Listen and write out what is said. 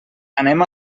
anem